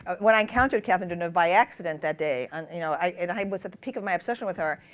when i encountered catherine deneuve by accident that day, and you know i i was at the peak of my obsession with her,